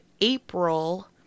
april